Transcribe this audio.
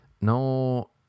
no